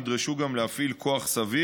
נדרשו גם להפעיל כוח סביר,